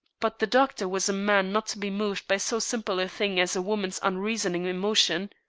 but the doctor was a man not to be moved by so simple a thing as a woman's unreasoning emotion.